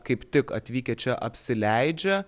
kaip tik atvykę čia apsileidžia